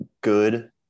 good